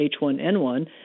H1N1